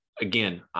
again